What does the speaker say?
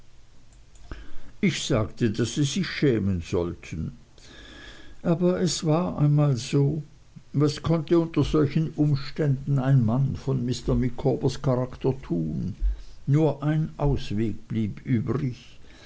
ich sagte daß sie sich schämen sollten aber es war einmal so was konnte unter solchen umständen ein mann von mr micawbers charakter tun nur ein ausweg blieb übrig